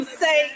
say